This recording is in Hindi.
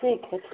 ठीक है ठीक